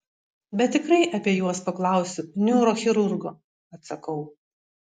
bet tikrai apie juos paklausiu neurochirurgo atsakau